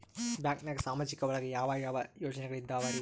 ಬ್ಯಾಂಕ್ನಾಗ ಸಾಮಾಜಿಕ ಒಳಗ ಯಾವ ಯಾವ ಯೋಜನೆಗಳಿದ್ದಾವ್ರಿ?